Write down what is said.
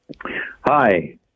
Hi